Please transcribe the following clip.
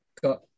got